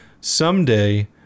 Someday